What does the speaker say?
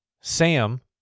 Sam